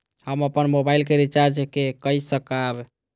हम अपन मोबाइल के रिचार्ज के कई सकाब?